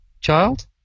child